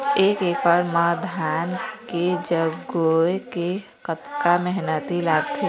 एक एकड़ म धान के जगोए के कतका मेहनती लगथे?